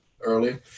early